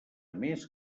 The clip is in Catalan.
més